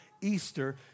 Easter